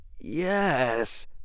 Yes